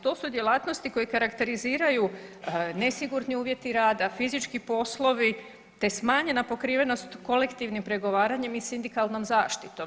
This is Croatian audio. To su djelatnosti koje karakteriziraju nesigurni uvjeti rada, fizički poslovi te smanjena pokrivenost kolektivnim pregovaranjem i sindikalnom zaštitom.